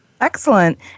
Excellent